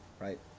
right